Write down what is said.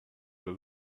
the